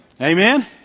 Amen